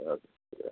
okay